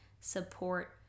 support